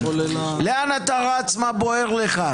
// לאן אתה רץ, מה בוער לך?